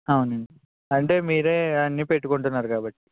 అవునండి అంటే మీరు అన్నీ పెట్టుకుంటున్నారు కాబట్టి